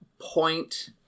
point